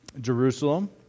Jerusalem